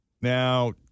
Now